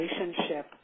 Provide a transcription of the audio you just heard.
relationship